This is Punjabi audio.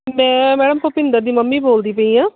ਮੈਂ ਮੈਡਮ ਭੁਪਿੰਦਰ ਦੀ ਮੰਮੀ ਬੋਲਦੀ ਪਈ ਹਾਂ